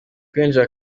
kwinjira